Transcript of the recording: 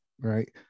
right